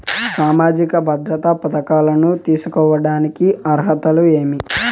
సామాజిక భద్రత పథకాలను తీసుకోడానికి అర్హతలు ఏమి?